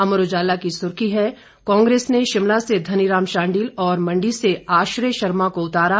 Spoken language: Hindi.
अमर उजाला की सुर्खी है कांग्रेस ने शिमला से धनीराम शांडिल और मंडी से आश्रय शर्मा को उतारा